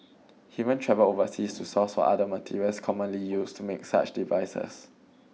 he even travelled overseas to source for other materials commonly used to make such devices